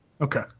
Okay